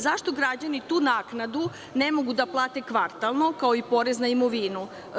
Zašto građani tu naknadu ne mogu da plate kvartalno, kao i porez na imovinu?